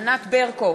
ענת ברקו,